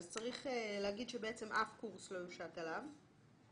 צריך לומר שאף קורס, העלות לא תושת עליו.